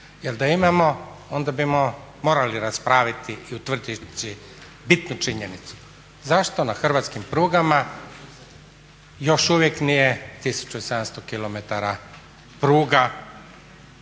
jel da imamo onda bimo morali raspraviti i utvrditi bitnu činjenicu, zašto na hrvatskim prugama još uvijek nije 1700km pruga